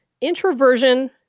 introversion